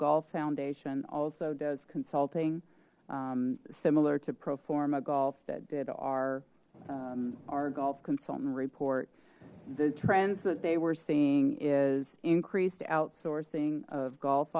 golf foundation also does consulting similar to pro forma golf that did our our golf consultant report the trends that they were seeing is increased outsourcing of golf